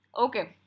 okay